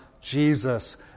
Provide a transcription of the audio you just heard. Jesus